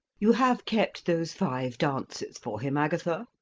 you have kept those five dances for him, agatha?